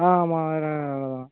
ஆ ஆமாம் அதுதான் அவ்வளோதான்